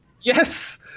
Yes